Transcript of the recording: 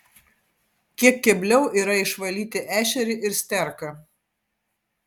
kiek kebliau yra išvalyti ešerį ir sterką